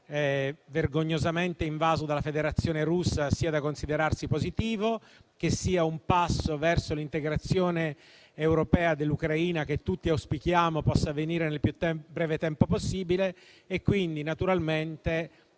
con il Paese vergognosamente invaso dalla Federazione Russa sia da considerarsi positivo e che questo sia un passo verso l'integrazione europea dell'Ucraina, che tutti auspichiamo possa avvenire nel più breve tempo possibile. Quindi, come